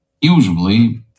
Usually